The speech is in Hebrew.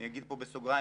אני אגיד פה בסוגריים,